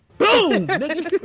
Boom